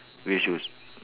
grey shoes